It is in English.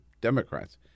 Democrats